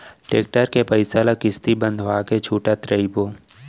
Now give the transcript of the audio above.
tractor के पइसा ल किस्ती बंधवा के छूटत रइबो